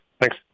Thanks